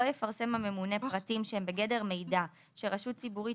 לא יפרסם הממונה פרטים שהם בגדר מידע שרשות ציבורית